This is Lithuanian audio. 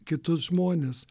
kitus žmones